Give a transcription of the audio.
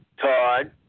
Todd